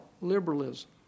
liberalism